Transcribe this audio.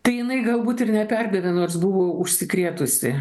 tai jinai galbūt ir neperbėga nors buvau užsikrėtusi